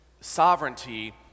sovereignty